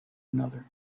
another